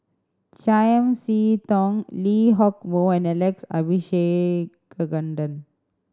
Chiam See Tong Lee Hock Moh and Alex Abisheganaden